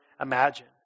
imagine